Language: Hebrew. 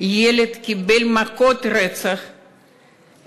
לחברת הכנסת לנדבר.